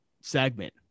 segment